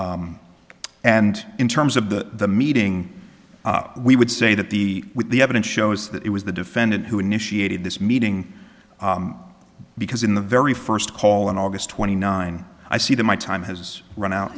ok and in terms of the meeting we would say that the with the evidence shows that it was the defendant who initiated this meeting because in the very first call in august twenty nine i see that my time has run out